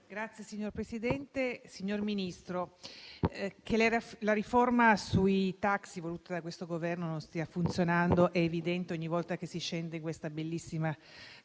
Signor Presidente, signor Ministro, che la riforma del servizio taxi voluta da questo Governo non stia funzionando è evidente ogni volta che si scende nella bellissima stazione